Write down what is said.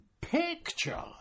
picture